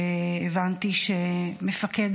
והבנתי שמפקד